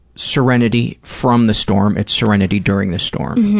serenity from the storm. it's serenity during the storm.